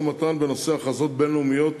ינהלו משא-ומתן בנושא הכרזות בין-לאומיות,